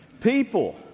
People